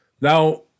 Now